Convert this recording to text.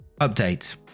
Update